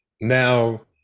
now